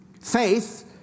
Faith